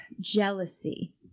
jealousy